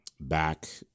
Back